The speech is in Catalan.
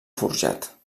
forjat